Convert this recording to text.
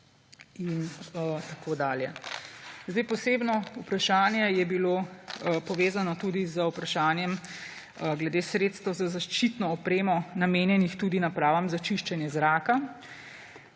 in tako dalje. Posebno vprašanje je bilo povezano tudi z vprašanjem glede sredstev za zaščitno opremo, namenjenih tudi napravam za čiščenje zraka.